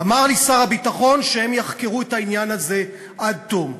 אמר לי שר הביטחון שהם יחקרו את העניין הזה עד תום.